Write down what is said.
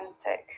authentic